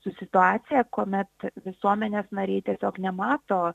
su situacija kuomet visuomenės nariai tiesiog nemato